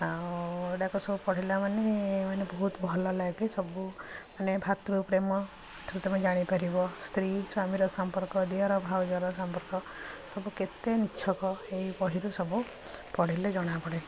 ଆଉ ଏଗୁଡ଼ାକ ସବୁ ପଢ଼ିଲା ମାନେ ମାନେ ବହୁତ ଭଲ ଲାଗେ ସବୁ ମାନେ ଭାତୃ ପ୍ରେମ ଏଥିରୁ ତୁମେ ଜାଣି ପାରିବ ସ୍ତ୍ରୀ ସ୍ୱାମୀର ସମ୍ପର୍କ ଦିଅର ଭାଉଜର ସମ୍ପର୍କ ସବୁ କେତେ ନିଛକ ଏଇ ବହିରୁ ସବୁ ପଢ଼ିଲେ ଜଣାପଡ଼େ